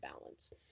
balance